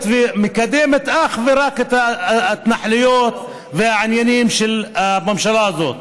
ומקדמת אך ורק את ההתנחלויות ואת העניינים של הממשלה הזאת.